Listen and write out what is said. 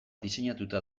diseinatuta